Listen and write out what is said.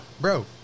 bro